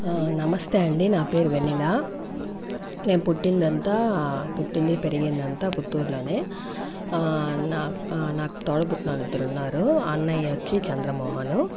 ఆ నమస్తే అండి నా పేరు వెన్నెల నేను పుట్టిందంతా పుట్టింది పెరిగిందంతా పుత్తూర్లోనే ఆ నాకకు నాకు తోడబుట్టిన వాళ్ళు ఇద్దరున్నారు అన్నయ్య వచ్చి చంద్ర మోహను